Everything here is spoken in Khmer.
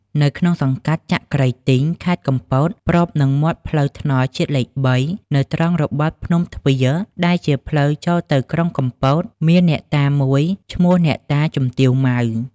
នៅក្នុងសង្កាត់ចក្រីទីង ខេត្តកំពត ប្របនឹងមាត់ផ្លូវថ្នល់ជាតិលេខ ៣ នៅត្រង់របត់ភ្នំទ្វារ ដែលជាផ្លូវចូលទៅក្រុងកំពត មានអ្នកតាមួយឈ្មោះអ្នកតា "ជំទាវ ម៉ៅ" ។